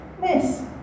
Miss